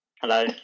Hello